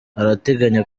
arateganya